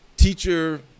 Teacher